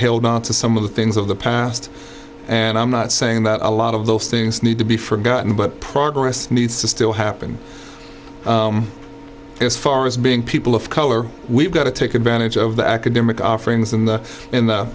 held on to some of the things of the past and i'm not saying that a lot of those things need to be forgotten but progress needs to still happen as far as being people of color we've got to take advantage of the academic offerings and the a